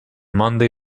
monday